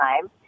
time